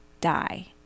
die